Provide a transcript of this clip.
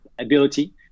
ability